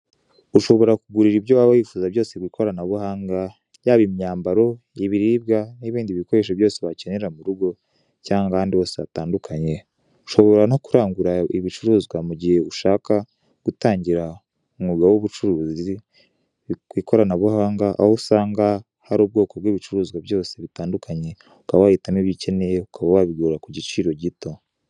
Ushobora kugurira ibyo waba wifuza kw'ikoranabuhanga yaba imyambaro, ibiribwa n'ibindi bikoresho byose wakenera murugo cyangwa ahandi hose hatandukanye, ushobora no kurangura ibicuruzwa mugihe ushaka gutangira umwuga w'ubucuruzi w'ikoranabuhanga aho usanga hari ubwoko bw'ibicuruzwa byose bitandukanye, ukaba wahitamo ibyo ukeneye ukaba wabigura ku giciro gito.